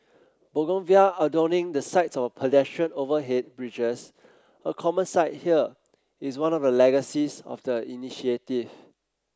bougainvillea adorning the sides of pedestrian overhead bridges a common sight here is one of the legacies of the initiative